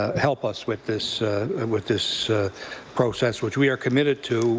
ah help us with this with this process, which we are committed to